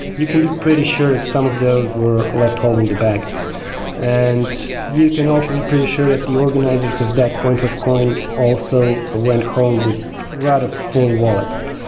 you can pretty sure that some of those were left holding the bag and you can also be pretty sure that the organizers of that pointless coin also went home with rather full wallets.